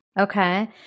Okay